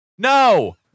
No